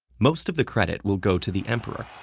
most of the credit will go to the emperor,